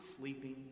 sleeping